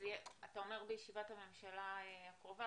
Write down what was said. אתה אומר בישיבת הממשלה הקרובה,